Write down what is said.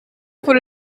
for